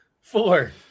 four